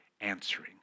answering